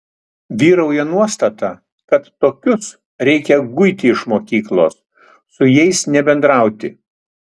vyrauja nuostata kad tokius reikia guiti iš mokyklos su jais nebendrauti